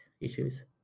issues